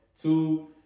Two